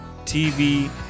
TV